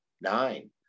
Nine